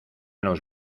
los